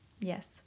yes